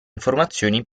informazioni